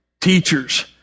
teachers